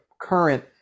current